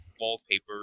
wallpaper